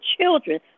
children